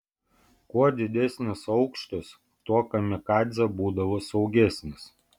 kuo didesnis aukštis tuo kamikadzė būdavo saugesnis